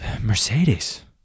Mercedes